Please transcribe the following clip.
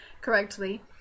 correctly